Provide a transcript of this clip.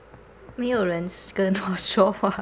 没有人跟我说话